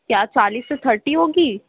پیاز چالیس سے تھرٹی ہوگی